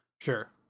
Sure